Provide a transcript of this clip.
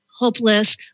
Hopeless